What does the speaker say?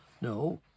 No